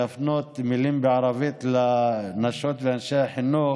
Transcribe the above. להפנות מילים בערבית לנשות ולאנשי החינוך.